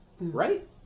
right